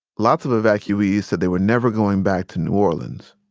lots of evacuees said they were never going back to new orleans.